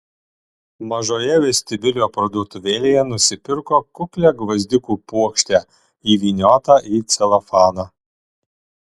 mažoje vestibiulio parduotuvėlėje nusipirko kuklią gvazdikų puokštę įvyniotą į celofaną